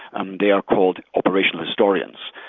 um they are called operational historians.